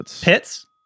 pits